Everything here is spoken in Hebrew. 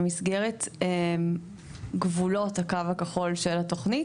במסגרת הקו הכחול של התוכנית,